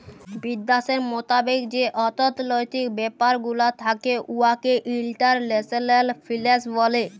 বিদ্যাশের মতাবেক যে অথ্থলৈতিক ব্যাপার গুলা থ্যাকে উয়াকে ইল্টারল্যাশলাল ফিল্যাল্স ব্যলে